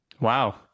Wow